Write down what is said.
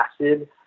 acid